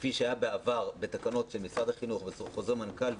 כפי שהיה בעבר בתקנות של משרד החינוך ובחוזר מנכ"ל,